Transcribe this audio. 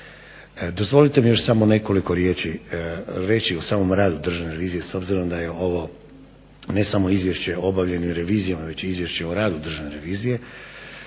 Dozvolite mi još samo nekoliko riječi reći o samom radu Državne revizije s obzirom da je ovo ne samo izvješće o obavljenim revizijama već i izvješće o radu Državne revizije,